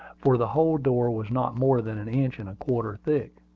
for the whole door was not more than an inch and a quarter thick.